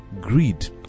greed